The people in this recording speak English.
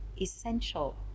essential